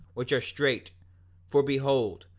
which are straight for behold,